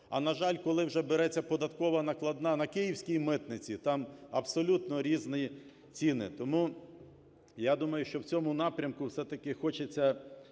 А, на жаль, коли вже береться податкова накладна на київській митниці, там абсолютно різні ціни. Тому, я думаю, що в цьому напрямку все-таки хочеться